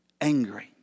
angry